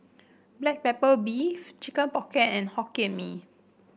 Black Pepper Beef Chicken Pocket and Hokkien Mee